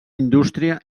indústria